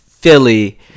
Philly